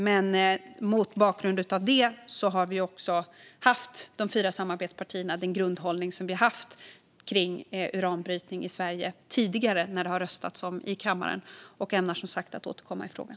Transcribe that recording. Men mot bakgrund av detta har vi i de fyra samarbetspartierna haft den grundhållning som vi har haft kring uranbrytning i Sverige när det tidigare har röstats om detta i kammaren. Jag ämnar som sagt att återkomma i frågan.